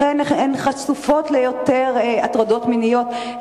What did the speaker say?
כך הן חשופות ליותר הטרדות מיניות,